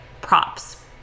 props